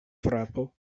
frapo